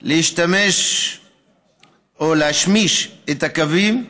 להשמיש את הקווים,